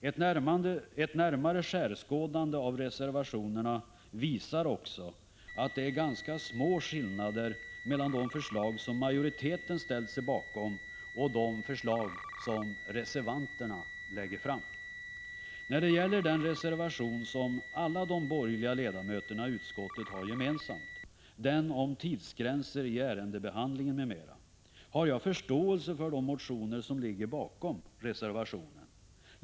Ett närmare skärskådande av reservationerna visar också att det är ganska små skillnader mellan de förslag som majoriteten ställt sig bakom och de förslag som reservanterna lägger fram. När det gäller den reservation som alla de borgerliga ledamöterna i utskottet har gemensam, den om tidsgränser i ärendehandläggningen m.m., har jag förståelse för de motioner som ligger bakom reservationen.